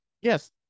yes